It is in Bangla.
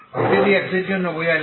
প্রতিটি x এর জন্য বোঝায় λ0